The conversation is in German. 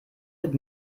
wird